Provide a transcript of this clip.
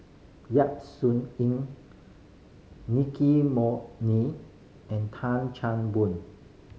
Yap Sun Yin Nicky and Tan Chan Boon